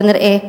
כנראה,